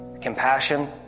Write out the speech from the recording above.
compassion